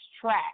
track